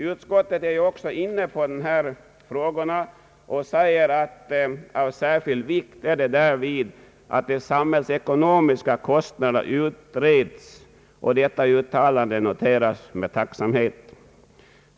Utskottet är också inne på de här frågorna och anser att det är av särskild vikt att de samhällsekonomiska kostnaderna utreds. Detta uttalande noteras med tacksamhet.